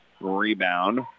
Rebound